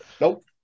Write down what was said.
Nope